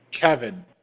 Kevin